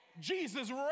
Jesus